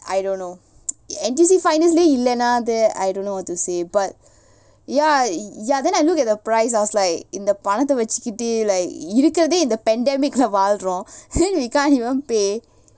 I don't know N_T_U_C finest லயே இல்லனா அது:layae illana athu I don't know what to say but ya ya then I look at the price I was like இந்த பணத்த வச்சிக்கிட்டு:intha panathae vachchikkittu like இருக்குறதே:irukkurathae in the pandemic leh வாழ்றோம்:vaalrom you can't even pay